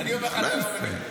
לא יפה.